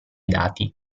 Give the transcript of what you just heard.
dati